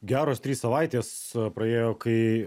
geros trys savaitės praėjo kai